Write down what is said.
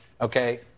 Okay